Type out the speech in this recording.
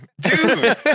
Dude